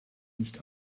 nicht